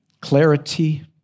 clarity